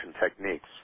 techniques